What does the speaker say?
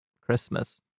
Christmas